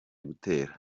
gutera